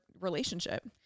relationship